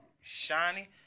shiny